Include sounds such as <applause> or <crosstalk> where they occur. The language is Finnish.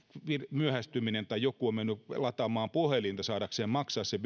myöhästyminen tai joku on mennyt lataamaan puhelinta saadakseen maksaa sen <unintelligible>